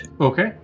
Okay